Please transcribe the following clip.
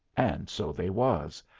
and so they was,